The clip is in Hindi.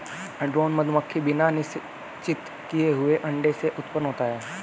ड्रोन मधुमक्खी बिना निषेचित किए हुए अंडे से उत्पन्न होता है